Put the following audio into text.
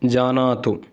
जानातु